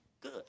Good